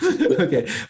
Okay